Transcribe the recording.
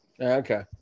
Okay